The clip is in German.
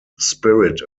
spirit